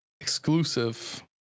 exclusive